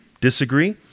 Disagree